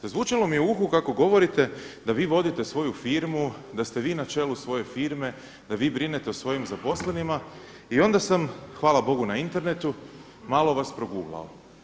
Zazvučalo mi je u uhu kako govorite da vi vodite svoju firmu, da ste vi na čelu svoje firme, da vi brinete o svojim zaposlenima i onda sam, hvala Bogu na internetu, malo vas „proguglao“